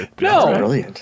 No